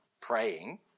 praying